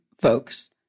folks